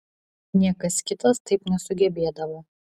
niekas kitas taip nesugebėdavo